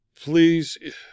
Please